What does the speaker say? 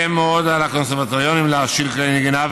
מאוד על הקונסרבטוריונים להשאיל כלי נגינה,